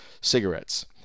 cigarettes